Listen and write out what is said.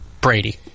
Brady